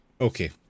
Okay